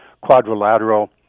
quadrilateral